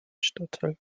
stadtteil